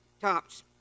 tops